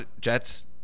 Jets